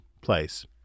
place